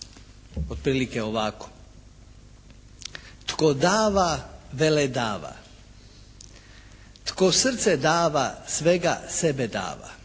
otprilike ovako: «Tko dava vele dava. Tko srce dava svega sebe dava.»